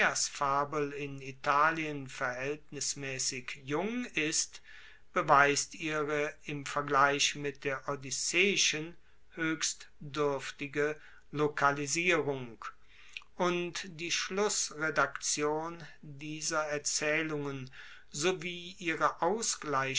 in italien verhaeltnismaessig jung ist beweist ihre im vergleich mit der odysseischen hoechst duerftige lokalisierung und die schlussredaktion dieser erzaehlungen sowie ihre